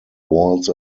walls